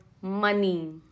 money